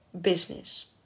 business